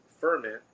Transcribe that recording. ferment